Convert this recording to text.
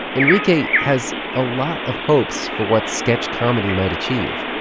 enrique has a lot of hopes for what sketch comedy might achieve.